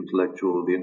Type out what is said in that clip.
intellectual